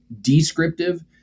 descriptive